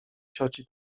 cioci